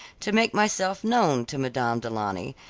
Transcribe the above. to make myself known to madame du launy,